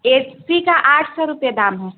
اے C کا آٹھ سو روپے دام ہے